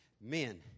men